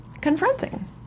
confronting